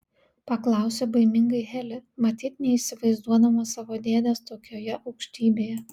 paklausė baimingai heli matyt neįsivaizduodama savo dėdės tokioje aukštybėje